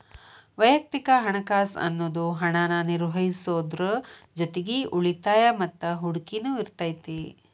ವಯಕ್ತಿಕ ಹಣಕಾಸ್ ಅನ್ನುದು ಹಣನ ನಿರ್ವಹಿಸೋದ್ರ್ ಜೊತಿಗಿ ಉಳಿತಾಯ ಮತ್ತ ಹೂಡಕಿನು ಇರತೈತಿ